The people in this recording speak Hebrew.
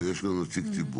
יש גם נציג ציבור.